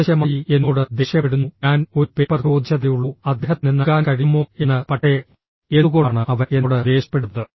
അനാവശ്യമായി എന്നോട് ദേഷ്യപ്പെടുന്നു ഞാൻ ഒരു പേപ്പർ ചോദിച്ചതേയുള്ളൂ അദ്ദേഹത്തിന് നൽകാൻ കഴിയുമോ എന്ന് പക്ഷേ എന്തുകൊണ്ടാണ് അവൻ എന്നോട് ദേഷ്യപ്പെടുന്നത്